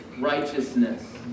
righteousness